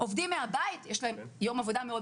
לעובדים מהבית יש יום עבודה גמיש מאוד.